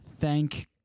Thank